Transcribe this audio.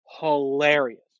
hilarious